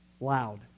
loud